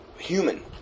human